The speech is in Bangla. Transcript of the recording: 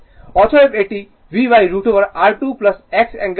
অতএব এটি V√ over R2 X angle θ